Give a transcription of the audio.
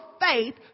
faith